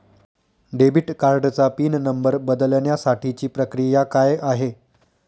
Debit कार्डचा pin number बदलण्यासाठीची प्रक्रिया काय आहे?